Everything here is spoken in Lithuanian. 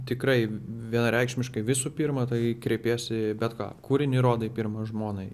tikrai vienareikšmiškai visų pirma tai kreipiesi bet ką kūrinį rodai pirma žmonai